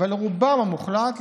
אבל לרובם המוחלט,